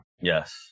Yes